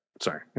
Sorry